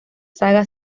saga